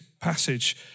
passage